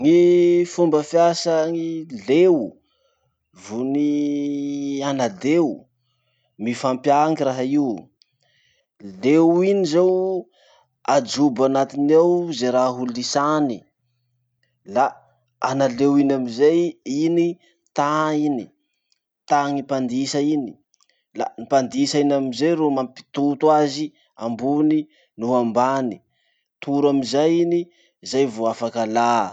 Gny fomba fiasa gny leo vo ny ana-deo, mifampiaky raha io. Leo iny zao, ajobo anatiny ao ze raha ho lisany, la ana leo iny amizay, iny ta iny, tan'ny mpandisa iny. La gny mpandisa iny amizay ro mampitoto azy ambony noho ambany. Toro amizay iny, zay vo afaky alà.